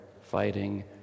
fighting